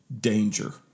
danger